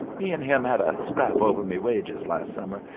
me an' him had a scrap over me wages las' summer,